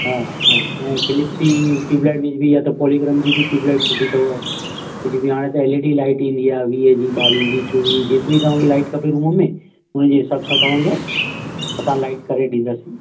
हा हा ऐं फ़िलिप्स जी ट्यूब्लाइट विझबी या त पोलीग्राम जी बि ट्यूबलाइट सुठी अथव जो की हाणे त एल ई डी लाइट ईंदी आहे वीह जी ॿावीह जी चोवीह जी जेतिरी तव्हांखे लाइट खपे रूम में हुन जे हिसाब सां तव्हांखे असां लाइट करे ॾिंदासीं